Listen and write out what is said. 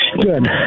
Good